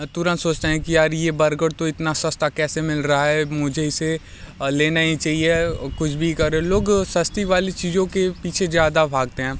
तुरंत सोचते हैं कि यार ये बर्गर तो इतना सस्ता कैसे मिल रहा है मुझे इसे लेना ही चाहिए कुछ भी करे लोग सस्ती वाली चीज़ों के पीछे ज़्यादा भागते हैं